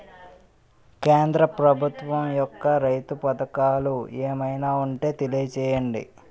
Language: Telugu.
కేంద్ర ప్రభుత్వం యెక్క రైతు పథకాలు ఏమైనా ఉంటే తెలియజేయండి?